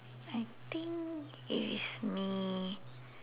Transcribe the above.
I think if it's me